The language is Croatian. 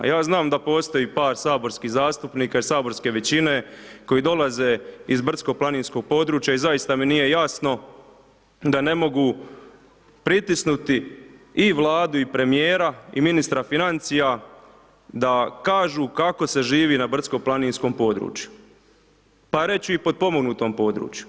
Ja znam da postoji par saborskih zastupnika iz saborske većine koji dolaze iz brdsko-planinskih područja i zaista mi nije jasno da ne mogu pritisnuti i Vladu i premijera i ministra financija da kažu kako se živi na brdsko-planinskom području, pa reći ću i potpomognutom području.